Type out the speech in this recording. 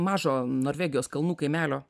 mažo norvegijos kalnų kaimelio